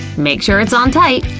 make sure it's on tight!